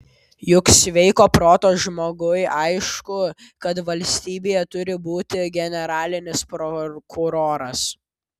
juk sveiko proto žmogui aišku kad valstybėje turi būti generalinis prokuroras